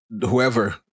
whoever